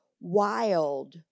wild